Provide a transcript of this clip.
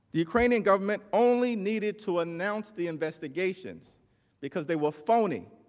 the ukrainian government only needed to announce the investigations because they were phony.